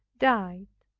died.